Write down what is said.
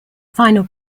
final